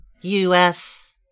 U-S